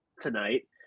tonight